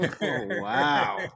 wow